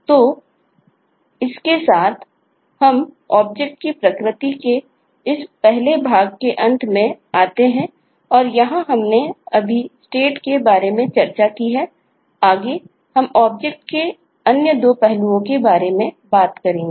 तो इसके साथ हम ऑब्जेक्ट्स के अन्य 2 पहलुओं के बारे में बात करेंगे